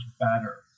better